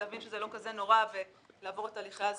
להבין שזה לא כל כך נורא ולעבור את תהליכי הזיהוי,